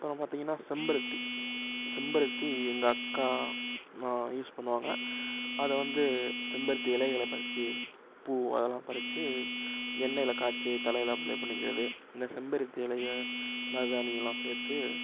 அப்புறம் பார்த்தீங்கன்னா செம்பருத்தி செம்பருத்தி எங்கள் அக்கா யூஸ் பண்ணுவாங்க அதை வந்து செம்பருத்தி இலைகளைப் பறிச்சு பூ அதெலாம் பறிச்சு எண்ணெயில் காய்ச்சி தலையில் அப்ளே பண்ணிக்கிறது இன்னும் செம்பருத்தி இலையை மருதாணியெல்லாம் சேர்த்து